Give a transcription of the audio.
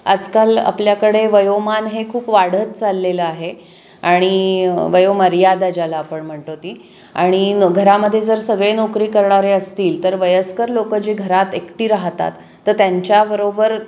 आजकाल आपल्याकडे वयोमान हे खूप वाढत चाललेलं आहे आणि वयोमर्यादा ज्याला आपण म्हणतो ती आणि घरामध्ये जर सगळे नोकरी करणारे असतील तर वयस्कर लोकं जे घरात एकटी राहतात तर त्यांच्याबरोबर